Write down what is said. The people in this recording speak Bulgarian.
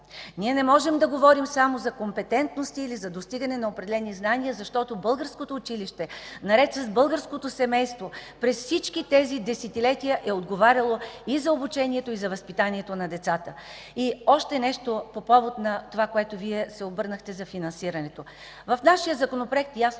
Не можем да говорим само за компетентности или за достигане на определени знания, защото българското училище, наред с българското семейство, през всички тези десетилетия е отговаряло и за обучението, и за възпитанието на децата. Още нещо по повод на това, с което се обърнахте, за финансирането.